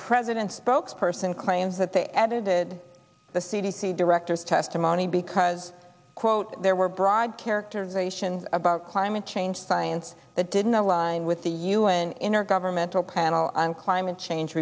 president's spokesperson claims that they edited the c d c director's testimony because quote there were broad characterization about climate change science that didn't align with the un intergovernmental panel on climate change